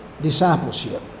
discipleship